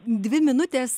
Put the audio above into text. dvi minutės